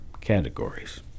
categories